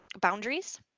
boundaries